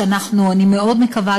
שאני מאוד מקווה,